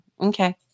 Okay